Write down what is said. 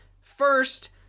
First